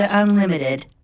Unlimited